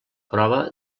prova